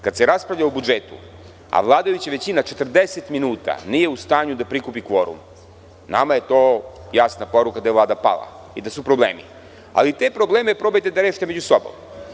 Kada se raspravlja o budžetu, a vladajuća većina 40 minuta nije u stanju da prikupi kvorum, nama je to jasna poruka da je ova Vlada pala i da su problemi, ali te probleme probajte da rešite među sobom.